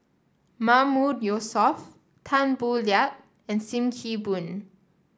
Mahmood Yusof Tan Boo Liat and Sim Kee Boon